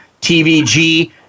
TVG